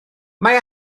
mae